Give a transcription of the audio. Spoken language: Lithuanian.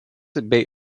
bei